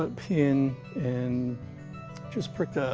but pin and just prick the